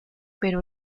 pero